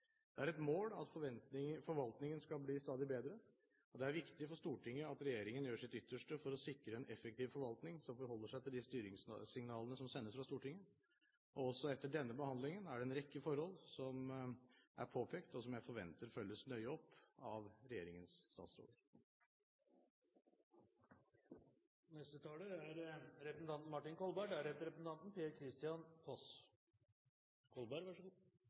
Det er et mål at forvaltningen skal bli stadig bedre, og det er viktig for Stortinget at regjeringen gjør sitt ytterste for å sikre en effektiv forvaltning som forholder seg til de styringssignalene som sendes fra Stortinget. Også etter denne behandlingen er det en rekke forhold som er påpekt, og som jeg forventer følges nøye opp av regjeringens statsråder. I likhet med komiteens leder vil jeg begynne med noen generelle betraktninger og si først at det er en veldig god